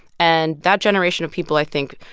and that generation of people, i think,